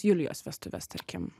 julijos vestuves tarkim